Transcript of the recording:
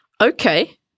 Okay